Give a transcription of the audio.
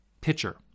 pitcher